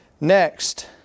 Next